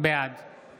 בעד